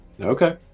Okay